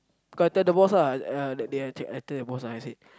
cause I tell the boss ah uh that day I tell I tell the boss and I said